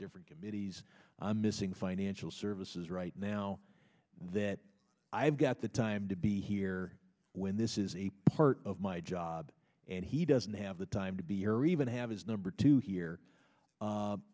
different committees i'm missing financial services right now that i've got the time to be here when this is a part of my job and he doesn't have the time to be or even have his number two here